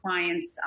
clients